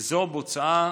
וזו בוצעה